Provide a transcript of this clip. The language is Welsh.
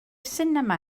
sinema